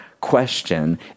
question